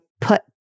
put